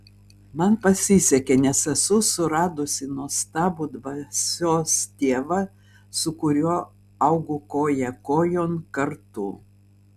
man pasisekė nes esu suradusi nuostabų dvasios tėvą su kuriuo augu koja kojon kartu